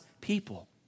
people